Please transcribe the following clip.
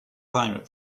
pirate